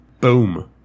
boom